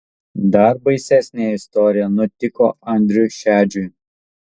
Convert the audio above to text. dar baisesnė istorija nutiko andriui šedžiui